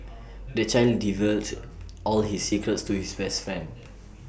the child divulged all his secrets to his best friend